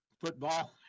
football